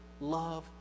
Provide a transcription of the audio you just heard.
love